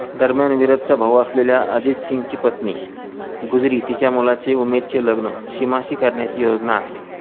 दरम्यान विराजचा भाऊ असलेल्या अजित सिंगची पत्नी गुजरी तिच्या मुलाचे उमेदचे लग्न सीमाशी करण्याची योजना आखते